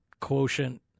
quotient